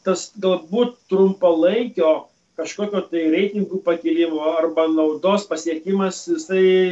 tas galbūt trumpalaikio kažkokio tai reitingų pakilimo arba naudos pasiekimas jisai